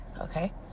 Okay